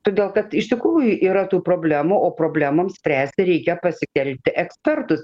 todėl kad iš tikrųjų yra tų problemų o problemoms spręsti reikia pasitelkti ekspertus